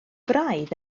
braidd